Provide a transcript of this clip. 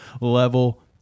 level